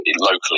locally